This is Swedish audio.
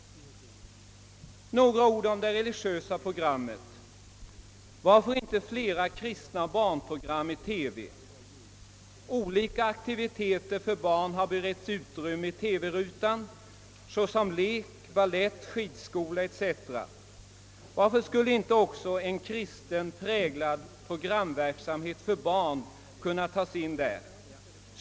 Några ord om det religiösa programmet. Varför har man inte flera kristna barnprogram i TV? Olika aktiviteter för barn har beretts utrymme i TV-rutan såsom lek, balett, skidskola etc. Varför skulle inte också en kristet präglad programverksamhet för barn kunna tagas med?